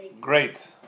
great